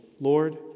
Lord